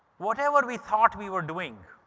whatever we thought we were doing,